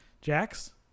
Jax